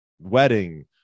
wedding